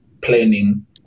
planning